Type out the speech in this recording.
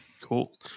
Cool